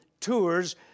tours